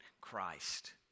Christ